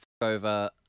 over